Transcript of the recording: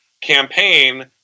campaign